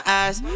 eyes